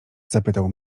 zapytał